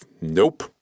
Nope